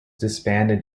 disbanded